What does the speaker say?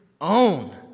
own